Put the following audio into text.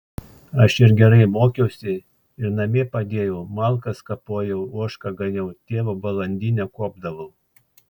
aš ir gerai mokiausi ir namie padėjau malkas kapojau ožką ganiau tėvo balandinę kuopdavau